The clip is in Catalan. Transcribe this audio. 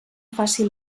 faci